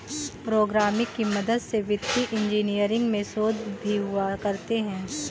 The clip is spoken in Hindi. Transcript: प्रोग्रामिंग की मदद से वित्तीय इन्जीनियरिंग में शोध भी हुआ करते हैं